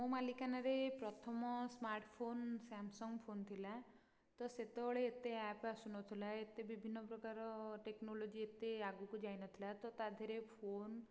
ମୋ ମାଲିକାନାରେ ପ୍ରଥମ ସ୍ମାର୍ଟଫୋନ୍ ସ୍ୟାମସଙ୍ଗ ଫୋନ ଥିଲା ତ ସେତେବେଳେ ଏତେ ଆପ୍ ଆସୁନଥିଲା ଏତେ ବିଭିନ୍ନ ପ୍ରକାର ଟେକ୍ନୋଲୋଜି ଏତେ ଆଗକୁ ଯାଇନଥିଲା ତ ତାଧିଏରେ ଫୋନ